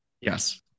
Yes